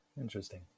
Interesting